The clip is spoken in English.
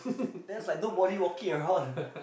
then was like nobody walking around